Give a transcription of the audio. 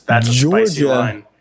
Georgia